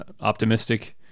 optimistic